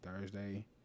Thursday